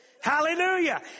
Hallelujah